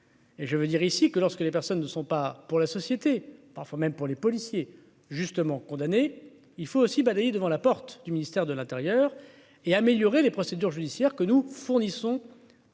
Et je veux dire ici que lorsque les personnes ne sont pas pour la société, parfois même pour les policiers justement condamné il faut aussi balayer devant la porte du ministère de l'Intérieur et améliorer les procédures judiciaires que nous fournissons. à l'ensemble